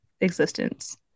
existence